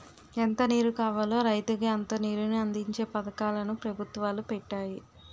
ఎంత నీరు కావాలో రైతుకి అంత నీరుని అందించే పథకాలు ను పెభుత్వాలు పెట్టాయి